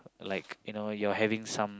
like you know you are having some